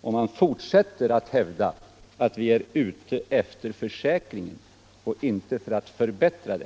om han fortsätter att hävda att vi är ute efter försäkringen och inte för att förbättra den.